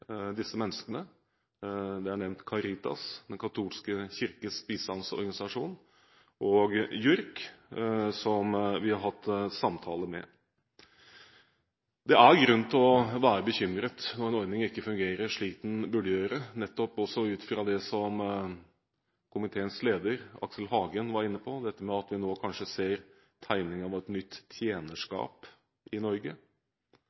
disse menneskene. Caritas, den katolske kirkes bistandsorganisasjon, og JURK har vært nevnt, og vi har hatt samtaler med dem. Det er grunn til å være bekymret når en ordning ikke fungerer slik den burde gjøre. Komiteens leder, Aksel Hagen, var inne på nettopp dette: at vi nå kanskje ser tegningen av et nytt tjenerskap i Norge.